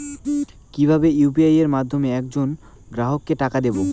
কিভাবে আমি ইউ.পি.আই এর মাধ্যমে এক জন গ্রাহককে টাকা দেবো?